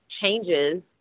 changes